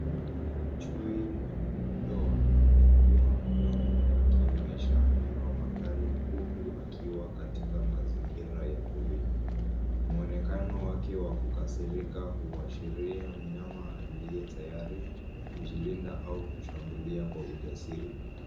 Chui mwenye madoa amefungua mdomo akionesha meno makali, huku akiwa katika mazingira ya porini. Muonekano wake wa kukasirika huashiria mnyama aliye tayari kujilinda au kushambulia kwa ujasiri.